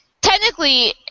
technically